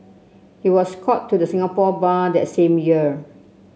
he was called to the Singapore Bar that same year